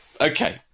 okay